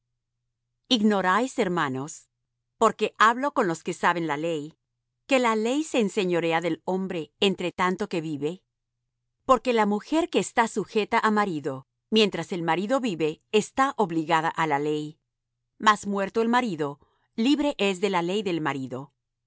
jesús señor nuestro ignorais hermanos porque hablo con los que saben la ley que la ley se enseñorea del hombre entre tanto que vive porque la mujer que está sujeta á marido mientras el marido vive está obligada á la ley mas muerto el marido libre es de la ley del marido